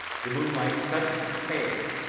the moonlight suddenly failed,